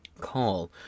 call